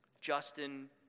Justin